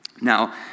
Now